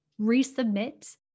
resubmit